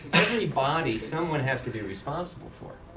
every body someone has to be responsible for.